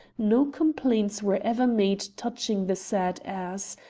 no complaints were ever made touching the said ass,